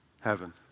Heaven